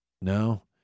no